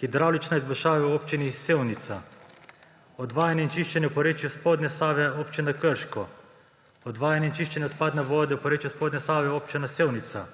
hidravlična izboljšava v Občini Sevnica, odvajanje in čiščenje v porečju spodnje Save Občine Krško, odvajanje in čiščenje odpadne vode v porečju spodnje Save Občine Sevnica,